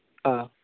ആ